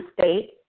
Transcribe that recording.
state